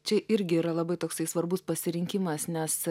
čia irgi yra labai toksai svarbus pasirinkimas nes